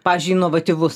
pavyzdžiui inovatyvus